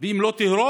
אם לא תהרוס